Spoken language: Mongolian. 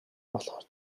болохоор